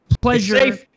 pleasure